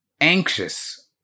Anxious